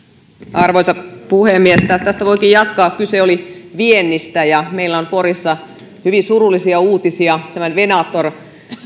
arvoisa puhemies tästä voikin jatkaa kyse oli viennistä meillä on porissa hyvin surullisia uutisia venator